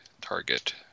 target